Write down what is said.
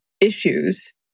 issues